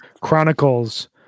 chronicles